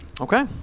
Okay